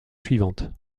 suivante